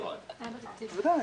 על הכיפק.